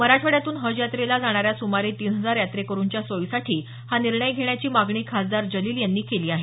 मराठवाड्यातून हज यात्रेला जाणाऱ्या सुमारे तीन हजार यात्रेकरूंच्या सोयीसाठी हा निर्णय घेण्याची मागणी खासदार जलील यांनी केली आहे